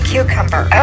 Cucumber